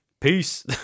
peace